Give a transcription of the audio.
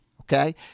okay